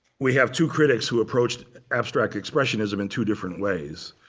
we have two critics who approached abstract expressionism in two different ways.